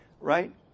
right